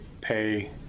pay